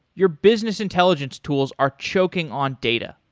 your business intelligence tools are choking on data.